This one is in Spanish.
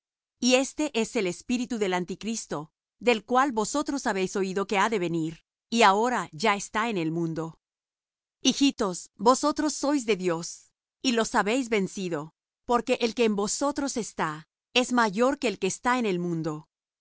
y éste es el espíritu del anticristo del cual vosotros habéis oído que ha de venir y que ahora ya está en el mundo hijitos vosotros sois de dios y los habéis vencido porque el que en vosotros está es mayor que el que está en el mundo